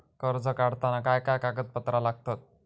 कर्ज काढताना काय काय कागदपत्रा लागतत?